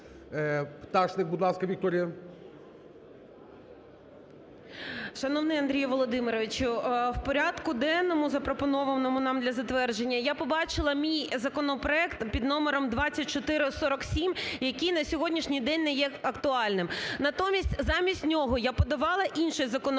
Пташник, будь ласка, Вікторія. 10:39:16 ПТАШНИК В.Ю. Шановний Андрій Володимирович, в порядку денному, запропонованому нам для затвердження, я побачила мій законопроект під номером 2447, який на сьогоднішній день не є актуальним. Натомість замість нього я подавала інший законопроект